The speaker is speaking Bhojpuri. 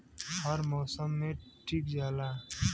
हर मउसम मे टीक जाला